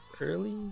early